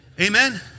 Amen